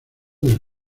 del